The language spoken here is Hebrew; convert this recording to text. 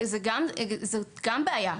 זאת גם בעיה.